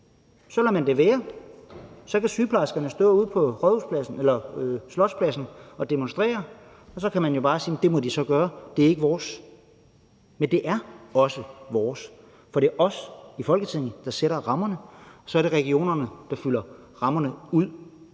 så lader man det være, og så kan sygeplejerskerne stå ude på Slotspladsen og demonstrere, og så kan man jo bare sige, at det må de gøre, og at det ikke er vores problem. Men det er også vores problem, for det er os i Folketinget, der sætter rammerne, og det er regionerne, der fylder rammerne ud,